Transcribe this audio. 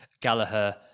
Gallagher